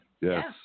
Yes